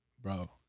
Bro